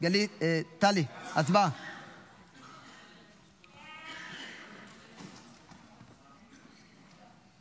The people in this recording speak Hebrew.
10